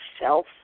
self